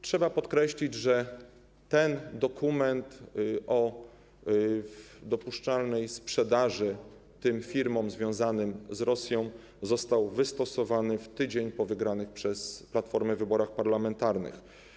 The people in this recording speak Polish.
Trzeba podkreślić, że ten dokument o dopuszczalnej sprzedaży tym firmom związanym z Rosją został wystosowany w tydzień po wygranych przez Platformę wyborach parlamentarnych.